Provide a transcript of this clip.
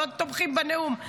לא תומכים בנאום.